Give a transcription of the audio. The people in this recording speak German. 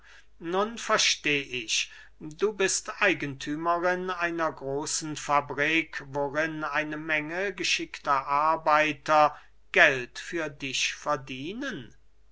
nun versteh ich du bist eigenthümerin einer großen fabrik worin eine menge geschickter arbeiter geld für dich verdienen